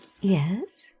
Yes